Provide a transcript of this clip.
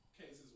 cases